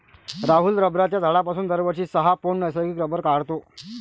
राहुल रबराच्या झाडापासून दरवर्षी सहा पौंड नैसर्गिक रबर काढतो